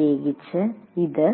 പ്രത്യേകിച്ചും ഇത്